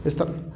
इस तरह